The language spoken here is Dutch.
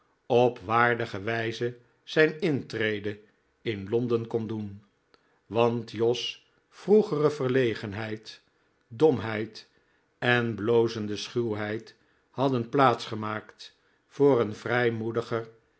op waardige wijze zijn intrede in londen kon doen want jos vroegere verlegenheid domheid en blozende schuwheid hadden plaats gemaakt voor een